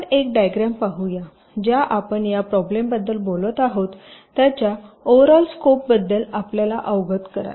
आपण एक डायग्रॅम पाहूया ज्या आपण ज्या प्रॉब्लेम बद्दल बोलत आहोत त्याच्या ओव्हरऑल स्कोपबद्दल आपल्याला अवगत कराल